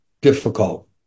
difficult